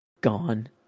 Gone